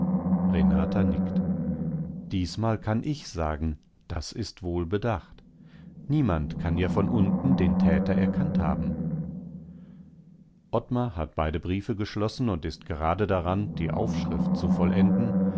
renata nickt diesmal kann ich sagen das ist wohl bedacht niemand kann ja von unten den täter erkannt haben ottmar hat beide briefe geschlossen und ist gerade daran die aufschrift zu vollenden